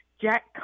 Jack